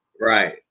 Right